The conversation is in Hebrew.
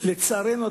לצערנו,